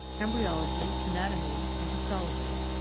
embryology, anatomy, and histology.